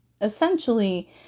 essentially